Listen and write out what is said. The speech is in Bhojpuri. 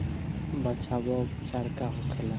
बचाव व उपचार का होखेला?